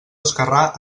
esquerrà